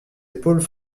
épaules